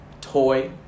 Toy